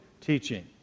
teaching